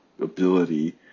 ability